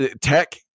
tech